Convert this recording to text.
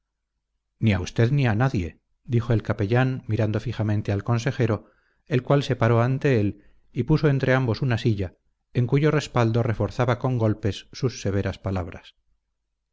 ni a usted ni a nadie dijo el capellán mirando fijamente al consejero el cual se paró ante él y puso entre ambos una silla en cuyo respaldo reforzaba con golpes sus severas palabras